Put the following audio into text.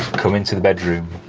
come into the bedroom,